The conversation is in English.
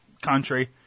country